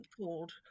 called